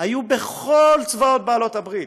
היו בכל צבאות הברית,